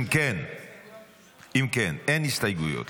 אם כן, אין הסתייגויות.